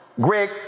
Greg